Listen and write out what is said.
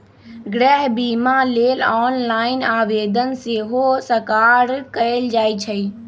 गृह बिमा लेल ऑनलाइन आवेदन सेहो सकार कएल जाइ छइ